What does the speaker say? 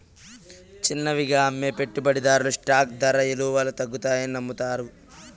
చిన్నవిగా అమ్మే పెట్టుబడిదార్లు స్టాక్ దర ఇలవల్ల తగ్గతాదని నమ్మతారు